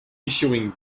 issuing